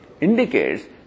indicates